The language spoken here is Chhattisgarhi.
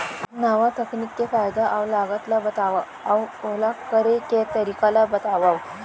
नवा तकनीक के फायदा अऊ लागत ला बतावव अऊ ओला करे के तरीका ला बतावव?